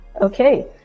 Okay